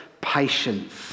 patience